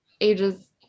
ages